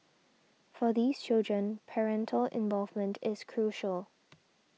for these children parental involvement is crucial